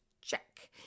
Check